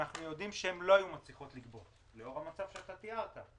אנחנו יודעים שהן לא היו מצליחות לגבות לאור המצב שאתה תיארת,